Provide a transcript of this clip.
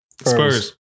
Spurs